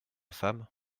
femme